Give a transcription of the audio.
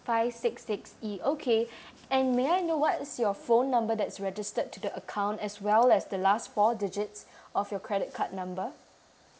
five six six e okay and may I know what's your phone number that's registered to the account as well as the last four digits of your credit card number